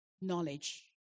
Knowledge